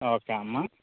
okay అమ్మ